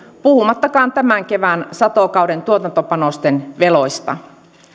puhumattakaan tämän kevään satokauden tuotantopanosten veloista